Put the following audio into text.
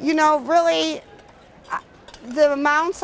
you know really the amou